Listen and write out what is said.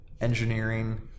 engineering